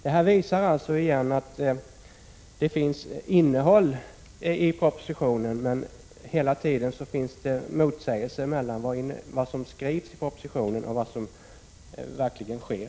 Detta visar att det finns innehåll i propositionen, men det finns också hela tiden en motsägelse mellan vad som skrivs i propositionen och vad som verkligen sker.